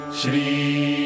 Shri